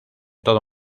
todo